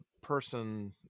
person